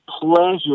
pleasure